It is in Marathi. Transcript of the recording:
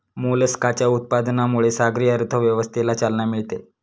मोलस्काच्या उत्पादनामुळे सागरी अर्थव्यवस्थेला चालना मिळते